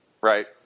right